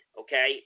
okay